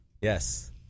Yes